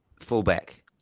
fullback